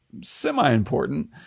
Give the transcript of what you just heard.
semi-important